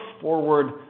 forward